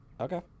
Okay